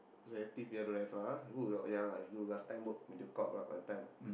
relative ya don't have lah you work ya lah you last time work Mediacorp lah that time